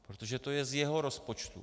Protože to je z jeho rozpočtu.